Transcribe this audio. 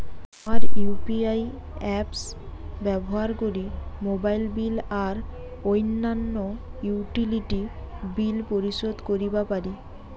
হামরা UPI apps ব্যবহার করি মোবাইল বিল আর অইন্যান্য ইউটিলিটি বিল পরিশোধ করিবা পারি